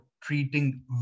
treating